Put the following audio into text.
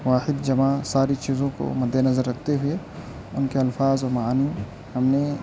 واحد جمع ساری چیزوں کو مدِ نظر رکھتے ہوئے ان کے الفاظ و معانی ہم نے